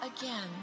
again